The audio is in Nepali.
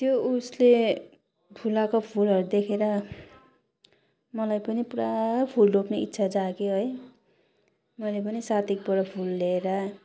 त्यो उसले फुलाएको फुलहरू देखेर मलाई पनि पुरा फुल रोप्ने इच्छा जाग्यो है मैले पनि साथीकोबाट फुल ल्याएर